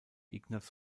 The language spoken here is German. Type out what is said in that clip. ignaz